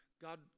God